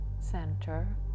center